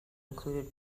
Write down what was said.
included